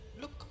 Look